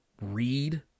read